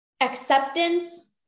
Acceptance